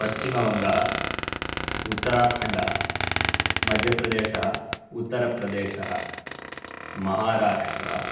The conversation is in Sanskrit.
पश्चिमवङ्गः उत्तराखण्डः मध्यप्रदेशः उत्तरप्रदेशः महाराष्ट्रम्